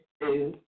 two